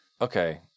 Okay